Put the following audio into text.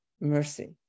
mercy